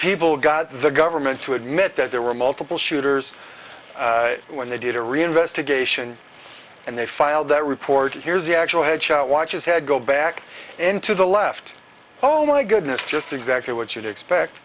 people got the government to admit that there were multiple shooters when they did a re investigation and they filed that report here's the actual headshot watches had go back into the left oh my goodness just exactly what you